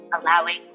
Allowing